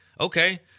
okay